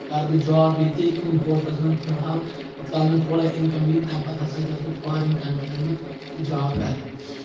کرٕ بہٕ جاب ییٚتے کُنہِ ہوٹلس منٛز فِلحال یوت کال مےٚ تھوڑا اِنکَم یی تَمہِ پتہٕ ہسا گژھ بہٕ فارین کنٹرین منٛز تہِ جاب کرنہٕ